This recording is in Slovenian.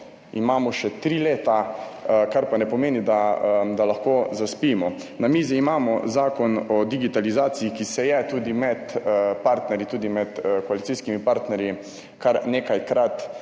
Imamo še tri leta, kar pa ne pomeni, da da lahko zaspimo. Na mizi imamo Zakon o digitalizaciji, ki se je tudi med partnerji, tudi med koalicijskimi partnerji, kar nekajkrat